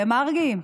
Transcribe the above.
ומרגי,